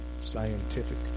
scientific